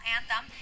Anthem